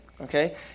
Okay